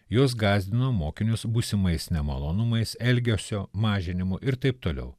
jos gąsdino mokinius būsimais nemalonumais elgesio mažinimu ir taip toliau